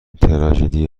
تراژدی